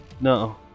no